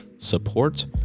support